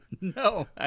No